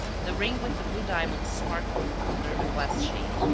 the ring with the blue diamond sparkled under a glass shade,